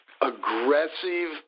aggressive